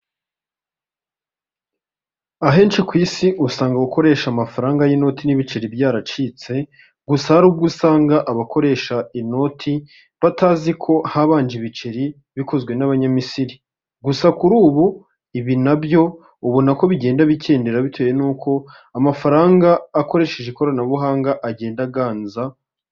Ahenshi ku isi usanga gukoresha amafaranga y'inoti n'ibiceri byaracitse, gusa hari ubwo usanga abakoresha inoti batazi ko habanje ibiceri bikozwe n'Abanyamisiri, gusa kuri ubu ibi na byo ubona ko bigenda bikendera bitewe nuko amafaranga akoresheje ikoranabuhanga agenda aganza.